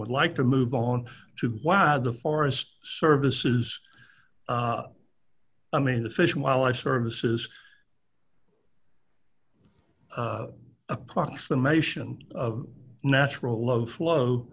would like to move on to why the forest service is i mean the fish and wildlife services approximation of natural low flow